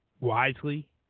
wisely